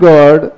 God